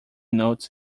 notes